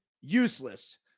useless